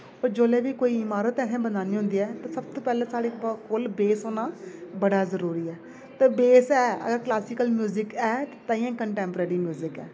पर जिसलै कोई मारत असें बनानी होंदी ऐ तां सब तों पैह्लें साढ़े कोल बेस होना बड़ा जरूरी ऐ ते बेस ऐ अगर क्लासीकल म्यूजिक ऐ तांहियै कंटैंपरेरी म्यूजिक ऐ